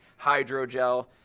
hydrogel